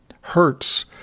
hurts